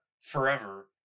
Forever